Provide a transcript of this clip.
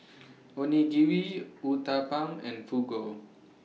Onigiri Uthapam and Fugu